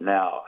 Now